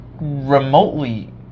remotely